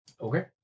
Okay